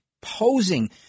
posing